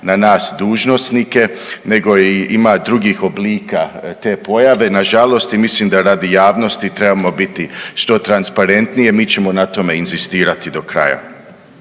na nas dužnosnike nego ima i drugih oblika te pojave, nažalost i mislim da radi javnosti trebamo biti što transparentniji jer mi ćemo na tome inzistirati do kraja.